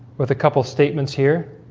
with a couple statements here